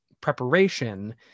preparation